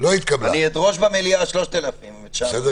בשעה